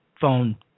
phone